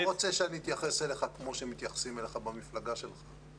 אתה לא רוצה שאני אתייחס אליך כמו שמתייחסים אליך במפלגה שלך.